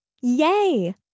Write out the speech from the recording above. Yay